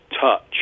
touch